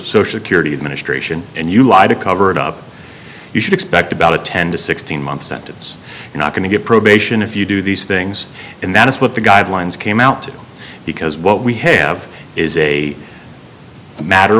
social security administration and you lie to cover it up you should expect about a ten to sixteen month sentence you're not going to get probation if you do these things and that's what the guidelines came out to because what we have is a matter